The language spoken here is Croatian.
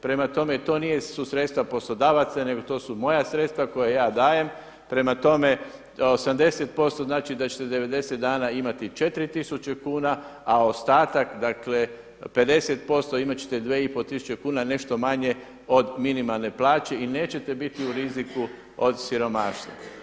Prema tome to nisu sredstva poslodavaca nego to su moja sredstva koja ja dajem, prema tome 80% znači da ćete 90 dana imati 4 tisuće kuna a ostatak dakle 50% imati ćete 2,5 tisuće kuna nešto manje od minimalne plaće i nećete biti u riziku od siromaštva.